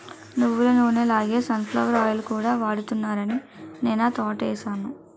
నువ్వులనూనె లాగే sunflower oil కూడా వాడుతున్నారాని నేనా తోటేసాను